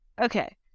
Okay